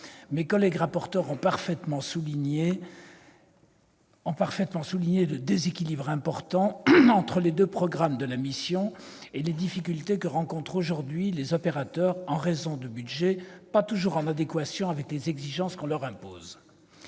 Mes collègues rapporteurs ont parfaitement souligné le déséquilibre important entre les deux programmes de la mission et les difficultés que rencontrent aujourd'hui les opérateurs, en raison de budgets qui ne sont pas toujours en adéquation avec les exigences imposées.